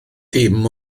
dim